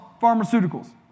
pharmaceuticals